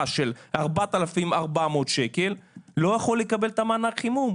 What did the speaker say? של 4,400 שקל לא יכול לקבל את המענק חימום?